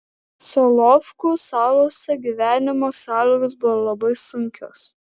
solovkų salose gyvenimo sąlygos buvo labai sunkios